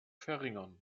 verringern